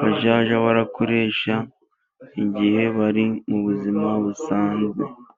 bazajya barakoresha, igihe bari mu buzima busanzwe.